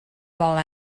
while